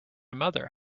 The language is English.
mother